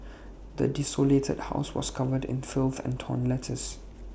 the desolated house was covered in filth and torn letters